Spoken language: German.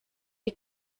die